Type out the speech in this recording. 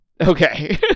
Okay